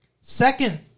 Second